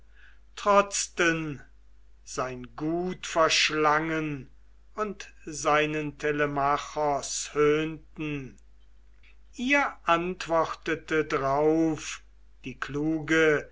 trotzten sein gut verschlangen und seinen telemachos höhnten ihr antwortete drauf die kluge